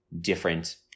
different